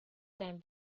time